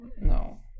no